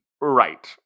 Right